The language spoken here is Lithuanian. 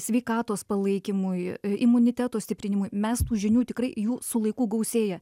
sveikatos palaikymui imuniteto stiprinimui mes tų žinių tikrai jų su laiku gausėja